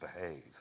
behave